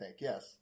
yes